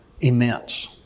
immense